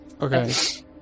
Okay